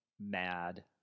mad